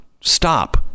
stop